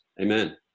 Amen